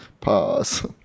Pause